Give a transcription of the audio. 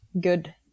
good